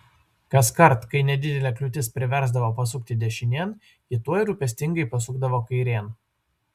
kaskart kai nedidelė kliūtis priversdavo pasukti dešinėn ji tuoj rūpestingai pasukdavo kairėn